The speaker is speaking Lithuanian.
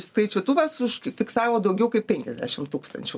skaičiuotuvas užfiksavo daugiau kaip penkiasdešimt tūkstančių